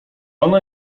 ona